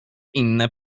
inne